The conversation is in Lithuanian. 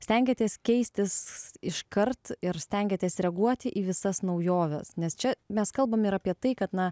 stengiatės keistis iškart ir stengiatės reaguoti į visas naujoves nes čia mes kalbam ir apie tai kad na